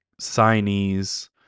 signees